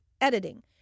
editing